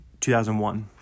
2001